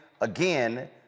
again